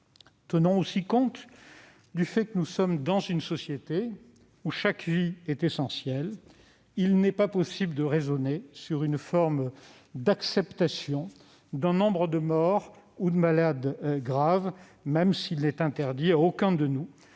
Tenons aussi compte du fait que nous sommes dans une société où chaque vie est essentielle. Il n'est pas possible de raisonner sur une forme d'acceptation d'un nombre de morts ou de malades graves, même s'il n'est interdit à aucun d'entre